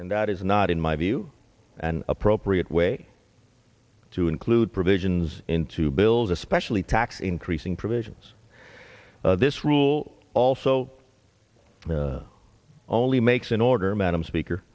and that is not in my view an appropriate way to include provisions into bills especially tax increasing provisions this rule also only makes an order madam